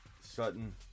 Sutton